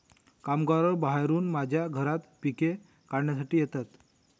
कामगार बाहेरून माझ्या घरात पिके काढण्यासाठी येतात